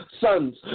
sons